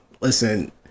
Listen